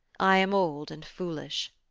i am old and foolish.